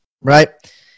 right